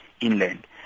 inland